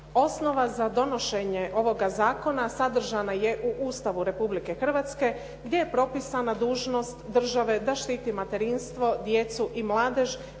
Osnova za donošenje ovoga zakona sadržana je u Ustavu Republike Hrvatske gdje je propisana dužnost države da štiti materinstvo, djecu i mladež,